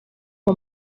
uwo